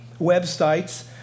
websites